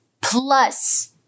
plus